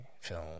Film